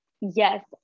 yes